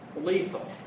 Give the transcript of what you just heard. lethal